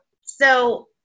So-